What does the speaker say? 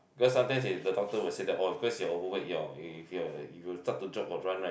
because sometimes they the doctor will say that oh because you're overweight you're you will start to jog or run right